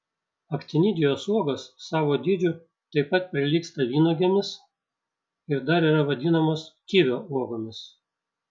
aktinidijos uogos savo dydžiu taip pat prilygsta vynuogėmis ir dar yra vadinamos kivio uogomis